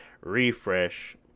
refresh